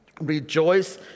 Rejoice